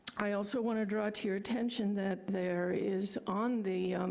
i also wanna draw to your attention that there is, on the